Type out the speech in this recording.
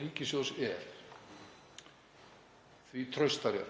ríkissjóðs er því traustari